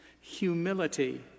humility